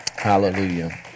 Hallelujah